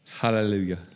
Hallelujah